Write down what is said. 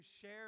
share